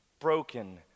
broken